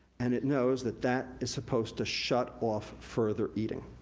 and it knows that that is supposed to shut off further eating.